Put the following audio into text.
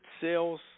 sales